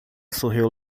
sorriu